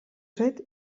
zait